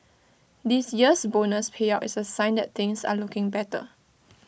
this year's bonus payout is A sign that things are looking better